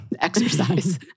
exercise